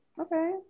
okay